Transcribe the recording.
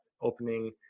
opening